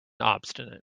obstinate